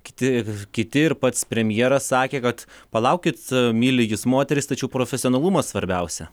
kiti kiti ir pats premjeras sakė kad palaukit myli jis moteris tačiau profesionalumas svarbiausia